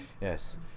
Yes